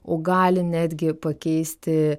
o gali netgi pakeisti